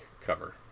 cover